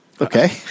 Okay